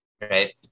Right